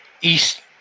east